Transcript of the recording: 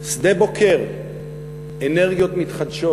שדה-בוקר, אנרגיות מתחדשות.